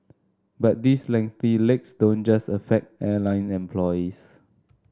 but these lengthy legs don't just affect airline employees